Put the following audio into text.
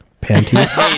Panties